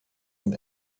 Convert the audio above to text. and